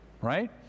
right